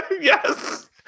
Yes